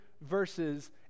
verses